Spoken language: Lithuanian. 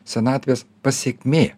senatvės pasekmė